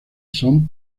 son